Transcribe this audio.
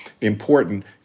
important